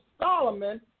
Solomon